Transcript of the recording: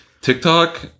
TikTok